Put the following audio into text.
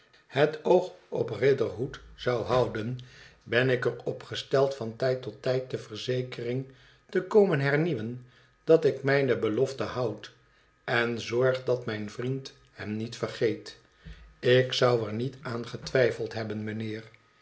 het oog op riderhood zou houden ben ik er op gesteld van tijd tot tijd de verzekering te komen hernieuwen dat ik mijne belofte houd en zorg dat mijn vriend hem niet vergeet ik zou er niet aan getwijfeld hebben mijnheer